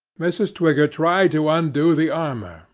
mrs. twigger tried to undo the armour,